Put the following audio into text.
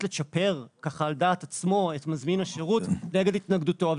לצ'פר ככה על דעת עצמו את מזמין השירות נגד התנגדותו.